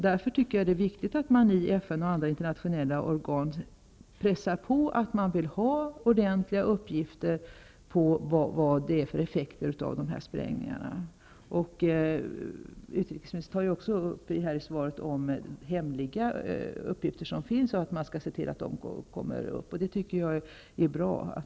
Därför tycker jag att det är viktigt att man i FN och andra internationella organ pressar på om att man vill ha ordentliga uppgifter om vilka effekter de här sprängningarna ger. Utrikesministern tar också i svaret upp att det finns hemliga uppgifter och att man skall se till att de kommer fram. Det tycker jag är bra.